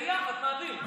ויחד נעביר.